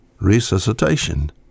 resuscitation